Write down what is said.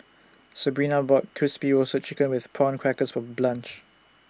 Sebrina bought Crispy Roasted Chicken with Prawn Crackers For Blanch